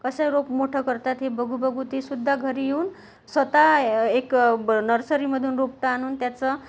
कसं रोप मोठं करतात हे बघू बघू तीसुद्धा घरी येऊन स्वतः ए एक नर्सरीमधून रोपटं आणून त्याचं